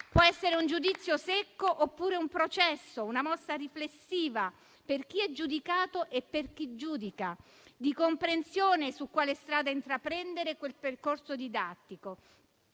Può essere un giudizio secco oppure un processo, una mossa riflessiva per chi è giudicato e per chi giudica, di comprensione su quale strada intraprendere con quel percorso didattico.